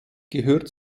gehörte